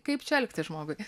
kaip čia elgtis žmogui